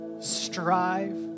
strive